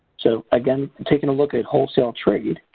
so again, taking a look at wholesale trade,